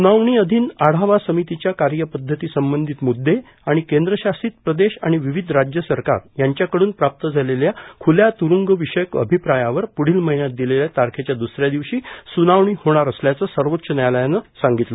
सुनावणी अधिन आढावा समितीच्या कार्यपच्दती संबंधीत मुंबे आणि केंद्रशासित प्रदेश आणि विविध राज्य सरकार यांच्याकडून प्रात्त झालेल्या खुल्या तुरूंग विषयक अभिप्रायावर पुढील महिन्यात दितेल्या तारखेच्या दुसऱ्या दिवशी सुनावणी झेणार असल्याचं सर्वोच्च न्यायालयानं सांगितलं